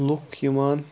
لُکھ یِوان